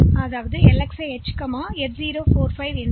எனவே இந்த மதிப்புகள் கிடைத்த பிறகு 45 ஹெக்ஸ் மற்றும் எஃப் 0 ஹெக்ஸ்